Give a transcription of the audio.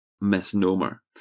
misnomer